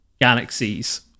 galaxies